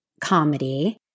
comedy